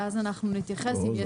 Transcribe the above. ואז אנחנו נתייחס אם יש צורך.